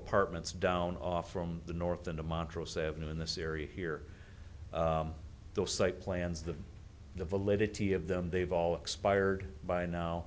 several partment down off from the north into montrose avenue in this area here the site plans that the validity of them they've all expired by now